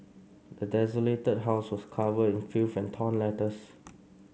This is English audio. the desolated house was covered in filth and torn letters